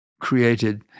created